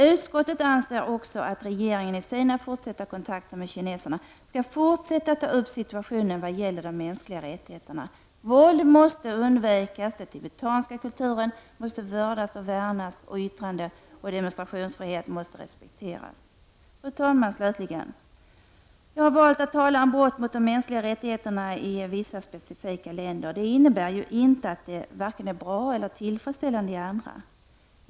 Utskottet anser också att regeringen i sina kontakter med kineserna skall fortsätta att ta upp situationen när det gäller de mänskliga rättigheterna. Våld måste undvikas, den tibetanska kulturen måste vördas och värnas, yttrandefrihet och demonstrationsfrihet måste respekteras. Fru talman! Jag har valt att tala om brott mot de mänskliga rättigheterna i vissa specifika länder. Detta innebär inte att det är vare sig bra eller tillfredsställande i andra.